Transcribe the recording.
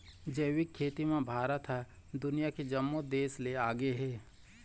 जैविक खेती म भारत ह दुनिया के जम्मो देस ले आगे हे